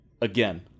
Again